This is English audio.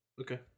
Okay